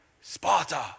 Sparta